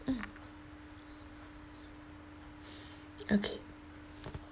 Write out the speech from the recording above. mm okay